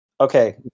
Okay